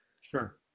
Sure